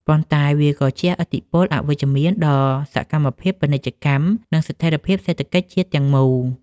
ប៉ុន្តែវាក៏ជះឥទ្ធិពលអវិជ្ជមានដល់សកម្មភាពពាណិជ្ជកម្ម និងស្ថិរភាពសេដ្ឋកិច្ចជាតិទាំងមូល។